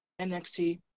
NXT